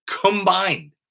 combined